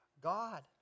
God